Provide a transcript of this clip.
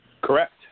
Correct